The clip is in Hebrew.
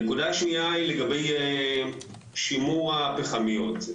הנקודה השנייה היא לגבי שימור הפחמיות.